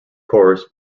chorus